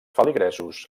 feligresos